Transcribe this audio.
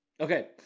Okay